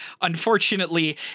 Unfortunately